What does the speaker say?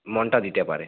মনটা দিতে পারে